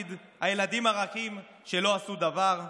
בעתיד הילדים הרכים שלא עשו דבר.